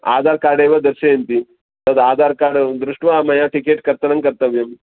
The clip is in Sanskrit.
आधार् कार्ड् एव दर्शयन्ति तद् आधार् कार्ड् दृष्ट्वा मया टिकेट् कर्तनं कर्तव्यम्